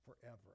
forever